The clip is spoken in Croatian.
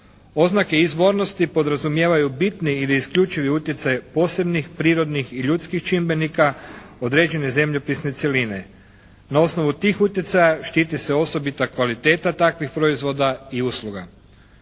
Oznake izvornosti podrazumijevaju bitni ili isključivi utjecaj posebnih prirodnih i ljudskih čimbenika određene zemljopisne cjeline. Na osnovu tih utjecaja štiti se osobita kvaliteta takvih proizvoda i usluga.